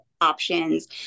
options